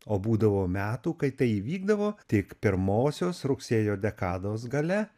o būdavo metų kai tai įvykdavo tik pirmosios rugsėjo dekados gale